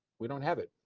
we don't have it.